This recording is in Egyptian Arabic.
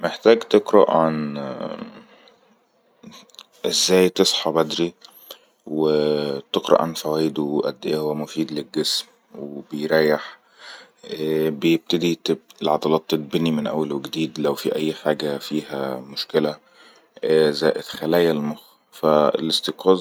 محتاج تقرأ عن ازي تصحي بدري و تقرأ عن فوايده و أد ايه هو مفيد للجسم و يريح تبتدي العضلات تتبني من أول وجديد لو في أي حاجه فيها مشكلة زائد خلايا المخ